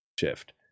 shift